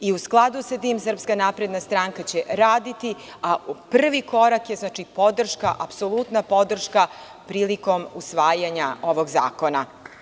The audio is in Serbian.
U skladu sa tim Srpska napredna stranka će raditi, a prvi korak je apsolutna podrška prilikom usvajanja ovog zakona.